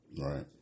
Right